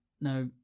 Now